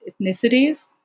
ethnicities